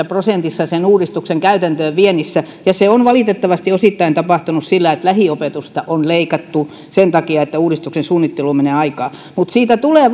prosentissa sen uudistuksen käytäntöönviennissä se on valitettavasti osittain tapahtunut sillä että lähiopetusta on leikattu sen takia että uudistuksen suunnitteluun menee aikaa mutta siitä tulee